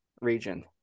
region